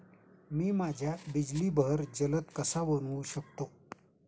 मी माझ्या बिजली बहर जलद कसा बनवू शकतो?